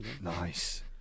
nice